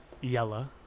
Yella